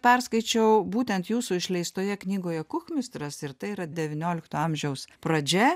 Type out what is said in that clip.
perskaičiau būtent jūsų išleistoje knygoje kuchmistras ir tai yra devyniolikto amžiaus pradžia